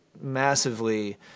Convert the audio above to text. massively